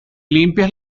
limpias